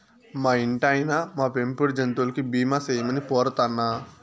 మా ఇంటాయినా, మా పెంపుడు జంతువులకి బీమా సేయమని పోరతన్నా